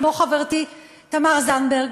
כמו חברתי תמר זנדברג,